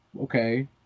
okay